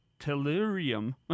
tellurium